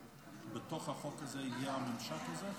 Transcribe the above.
בתוך החוק הזה הגיע הממשק הזה?